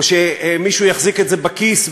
או שמישהו יחזיק את זה בכיס,